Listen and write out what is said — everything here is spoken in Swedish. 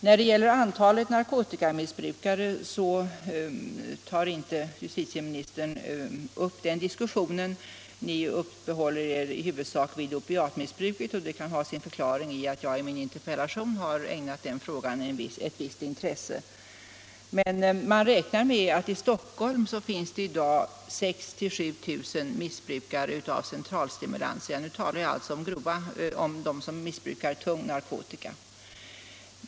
När det gäller antalet narkotikamissbrukare, så tar inte justitieministern upp den saken. Ni uppehåller er i huvudsak vid opiatmissbruket, och det kan ha sin förklaring i att jag i min interpellation har ägnat den frågan ett visst intresse. Man räknar med att i Stockholm finns det i dag 6 000-7 000 missbrukare av centralstimulantia — nu talar jag alltså om dem som missbrukar tunga narkotika.